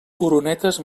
oronetes